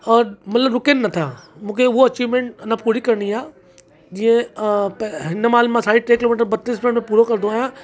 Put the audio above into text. मतिलब रुकन नथा मूंखे उहो अचीवमेंट अञा पूरी करिणी आहे जीअं हिन महिल मां साढा टे किलोमीटर ॿटीह मिन्ट में पूरो कंदो आहियां